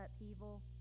upheaval